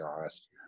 honest